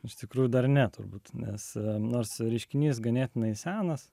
iš tikrųjų dar ne turbūt nes nors reiškinys ganėtinai senas